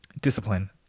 discipline